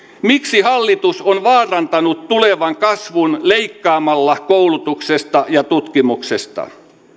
miksi hallitus on vaarantanut tulevan kasvun leikkaamalla koulutuksesta ja tutkimuksesta